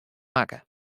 makke